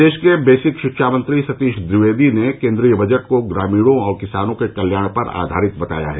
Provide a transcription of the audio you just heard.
प्रदेश के बेसिक शिक्षा मंत्री सतीश द्विवेदी ने केन्द्रीय बजट को ग्रामीणॉ और किसानों के कल्याण पर आधारित बताया है